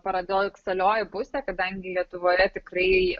paradoksalioji pusė kadangi lietuvoje tikrai